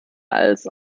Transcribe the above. als